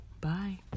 Bye